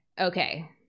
Okay